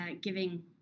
giving